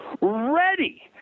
ready